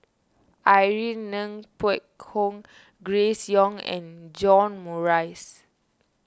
Irene Ng Phek Hoong Grace Young and John Morrice